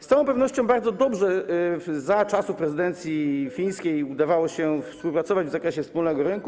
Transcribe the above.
Z całą pewnością bardzo dobrze za czasów prezydencji fińskiej udawało się współpracować w zakresie wspólnego rynku.